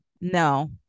No